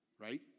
right